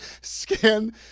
scan